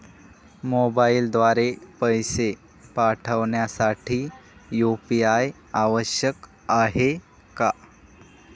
मोबाईलद्वारे पैसे पाठवण्यासाठी यू.पी.आय आवश्यक आहे का?